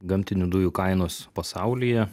gamtinių dujų kainos pasaulyje